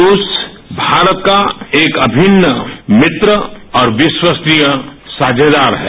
रूस भारत का एक अभिन्न मित्र और विश्वस्तरीय साझेदार है